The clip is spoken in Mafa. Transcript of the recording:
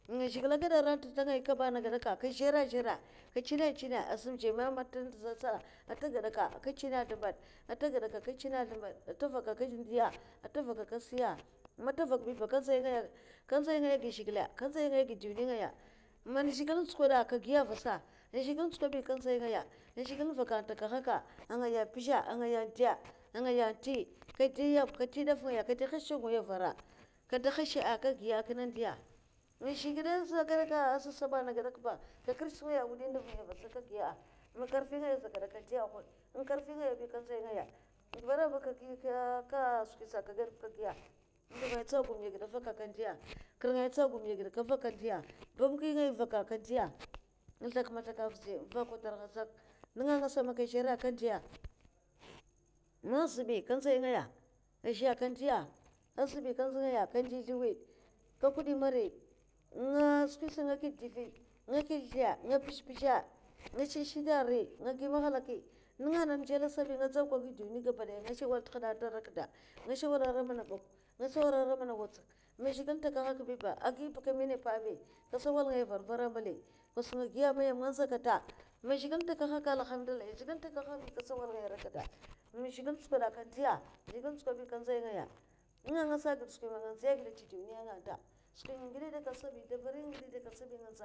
Aman zhigilè agada angay kaba aranta kazhèra zhèra kachinè chinè, atagada aka giya atagadaka aka chinè a zlèmbad man tavaka aka siya man zhigilè ntsukoada angaya ndi angaya ndi aka atiya kirngaya vaka kandiya man zhè kandi, azhè, kinè tsi tsavul kinè agaba, akinè ndi mavur kinè burok a shika, ngidè kinè tsi tsavul kinè agidè, burok ashi ka kinè chè è akinè ndzay kinè abaki, kinè tsay kinè a ndiri ngaya akinè agi mè ngaya nga wurè gi a pirèk anaga ti daf nga dè yam a zhigilè atakanga anga gada, aray mèmè atakaha ko mana ngaya bi ba aray zhigilè atakaha ko mana ngaya azhè ba zhigilè atakahaka aray dadi anga gada ndiya anta agada gi, aray zana agi kata a zhigilè agada takaha nga anagada warda, nga shèwala ara man a kuda, man zhigilè tsukoda kandi man zhigilè ntsuko bi ka ndzay ngaya nènga angasa agidè skwi man nga ndziya agidè duniya anganta,